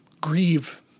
grieve